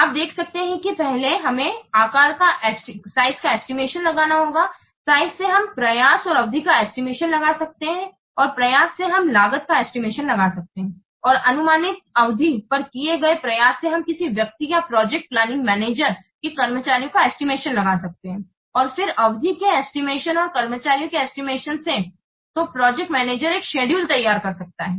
आप देख सकते हैं कि पहले हमें आकार का एस्टिमेशन लगाना होगा आकार से हम प्रयास और अवधि का एस्टिमेशन लगा सकते हैं और प्रयास से हम लागत का एस्टिमेशन लगा सकते हैं और अनुमानित अवधि पर किए गए प्रयास से हम किसी व्यक्ति या प्रोजेक्ट प्लानिंग मैनेजर के कर्मचारियों का एस्टिमेशन लगा सकते हैं और फिर अवधि के एस्टिमेशन और कर्मचारियों के एस्टिमेशन से तो प्रोजेक्ट मैनेजर एक शेड्यूल तैयार कर सकता है